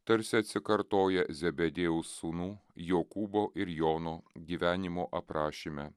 tarsi atsikartoja zebediejaus sūnų jokūbo ir jono gyvenimo aprašyme